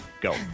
Go